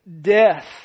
death